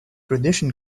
tradition